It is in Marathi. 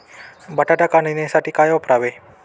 बटाटा काढणीसाठी काय वापरावे?